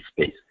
space